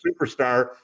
superstar